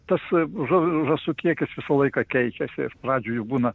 tasai užrašų kiekis visą laiką keičiasi ir pradžioje būna